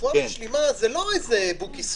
רפואה משלימה זה לא איזה בוקי שרוקי.